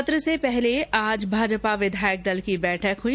सत्र से पहले आज भाजपा विधाायक दल की बैठक हुई